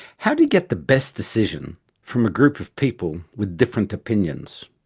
how do you get the best decision from a group of people with different opinions?